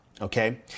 Okay